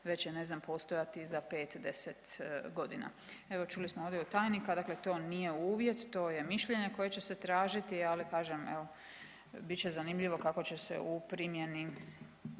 već će ne znam postojati za 5, 10 godina. Evo čuli smo ovdje od tajnika, dakle to nije uvjet, to je mišljenje koje će se tražiti. Ali kažem evo bit će zanimljivo kako će se u primjeni